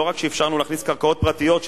לא רק שאפשרנו להכניס קרקעות פרטיות,